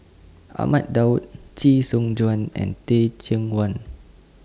Ahmad Daud Chee Soon Juan and Teh Cheang Wan